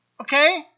Okay